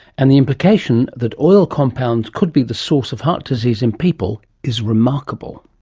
and the implication that oil compounds could be the source of heart disease in people is remarkable.